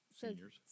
seniors